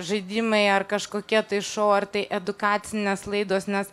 žaidimai ar kažkokie tai šou ar tai edukacinės laidos nes